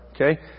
Okay